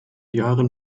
jahren